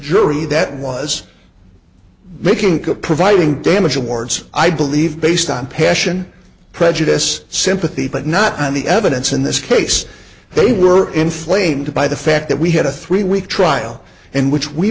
jury that was making the providing damage awards i believe based on passion prejudice sympathy but not on the evidence in this case they were inflamed by the fact that we had a three week trial in which we